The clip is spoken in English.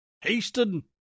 Hasten